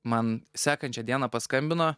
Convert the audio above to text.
man sekančią dieną paskambino